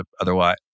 Otherwise